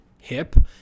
hip